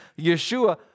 Yeshua